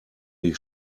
die